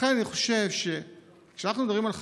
לכן אני חושב שכשאנחנו מדברים על חקיקות,